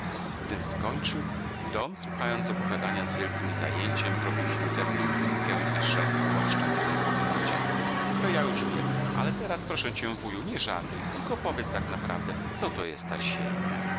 gdym skończył tom słuchający opowiadania z wielkim zajęciem zrobił filuterną minkę i rzekł głaszcząc mnie po brodzie to ja już wiem ale teraz proszę cię wuju nie żartuj tylko powiedz tak na prawdę co to jest ta ziemia